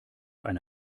eine